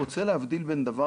אני רוצה להבדיל בין הדברים,